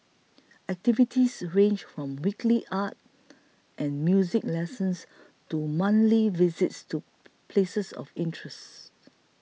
activities range from weekly art and music lessons to monthly visits to places of interests